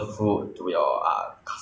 因为我之前是做那个